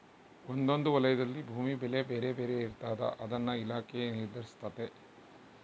ಒಂದೊಂದು ವಲಯದಲ್ಲಿ ಭೂಮಿ ಬೆಲೆ ಬೇರೆ ಬೇರೆ ಇರ್ತಾದ ಅದನ್ನ ಇಲಾಖೆ ನಿರ್ಧರಿಸ್ತತೆ